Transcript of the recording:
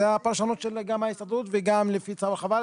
זו הפרשנות של גם ההסתדרות וגם לפי צו ההרחבה,